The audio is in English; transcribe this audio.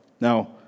Now